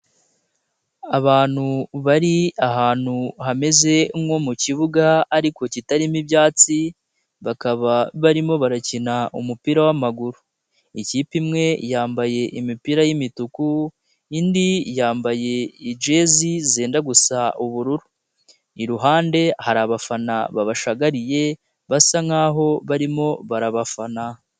Abantu bari ahantu hameze nko mu kibuga ariko kitarimo ibyatsi bakaba barimo barakina umupira w'amaguru, ikipe imwe yambaye imipira y'imituku indi yambaye ijezi zenda gusa ubururu, iruhande hari abafana babashagariye basa nk'aho barimo barabafana.